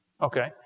Okay